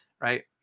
Right